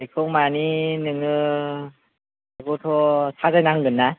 बेखौ माने नोङो बेखौथ' साजायनांगोन ना